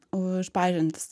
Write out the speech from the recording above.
už pažintis